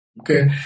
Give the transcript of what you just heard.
Okay